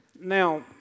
Now